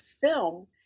film